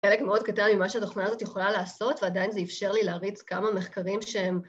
חלק מאוד קטן ממה שהתוכנה הזאת יכולה לעשות ועדיין זה איפשר לי להריץ כמה מחקרים שהם